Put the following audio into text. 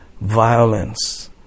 violence